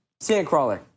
Sandcrawler